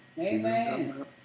Amen